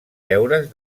deures